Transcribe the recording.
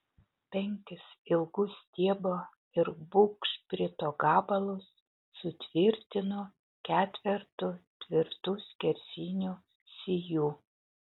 penkis ilgus stiebo ir bugšprito gabalus sutvirtinu ketvertu tvirtų skersinių sijų